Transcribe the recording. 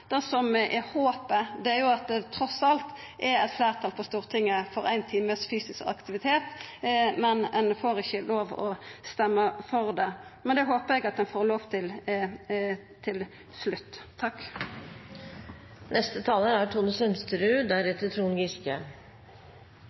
Det som er håpet, er at det trass alt er eit fleirtal på Stortinget for ein times fysisk aktivitet – men ein får ikkje lov å stemma for det. Men det håpar eg at ein får lov til til slutt.